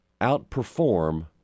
outperform